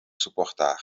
suportar